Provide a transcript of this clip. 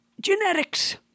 Genetics